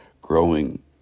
growing